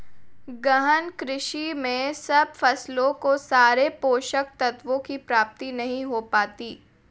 गहन कृषि में सब फसलों को सारे पोषक तत्वों की प्राप्ति नहीं हो पाती